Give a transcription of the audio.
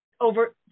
over